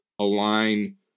align